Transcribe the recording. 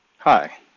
Hi